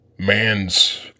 Man's